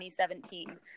2017